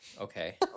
okay